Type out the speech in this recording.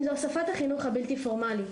אם זה הוספת החינוך הבלתי פורמלי,